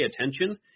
attention